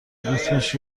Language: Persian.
ریتمش